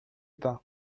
pas